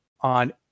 on